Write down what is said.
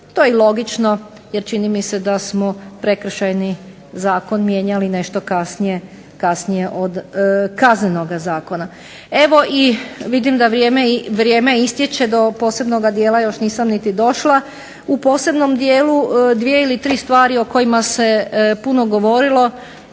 To je i logično jer čini mi se da smo prekršajni zakon mijenjali nešto kasnije od kaznenoga zakona. Vidim da vrijeme istječe, do posebnoga dijela još nisam niti došla. U posebnom dijelu dvije ili tri stvari o kojima se puno govorilo.